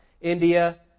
India